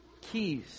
Keys